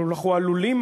אנחנו עלולים,